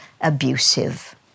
abusive